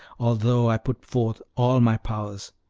although i put forth all my powers.